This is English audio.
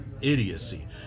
idiocy